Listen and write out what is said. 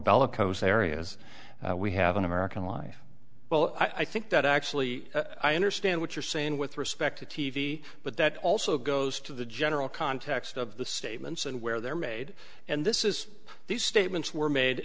bellicose areas we have in american life well i think that actually i understand what you're saying with respect to t v but that also goes to the general context of the statements and where they're made and this is these statements were made